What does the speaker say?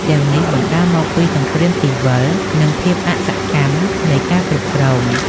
ទាំងនេះបណ្ដាលមកពីសង្គ្រាមស៊ីវិល និងភាពអសកម្មនៃការគ្រប់គ្រង។